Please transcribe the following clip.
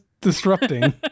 disrupting